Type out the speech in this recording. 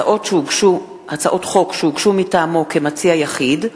הצעות חוק שהוגשו מטעמו כמציע יחיד,